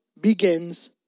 begins